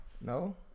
No